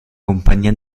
compagnia